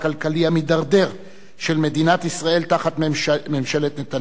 המידרדר של מדינת ישראל תחת ממשלת נתניהו,